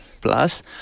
Plus